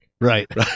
Right